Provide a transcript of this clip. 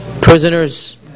Prisoners